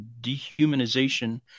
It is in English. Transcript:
dehumanization